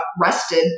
rested